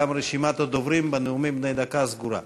רשימת הדוברים בנאומים בני דקה סגורה.